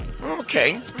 Okay